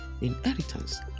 Inheritance